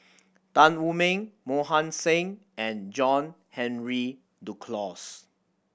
Tan Wu Meng Mohan Singh and John Henry Duclos